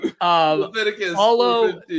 Follow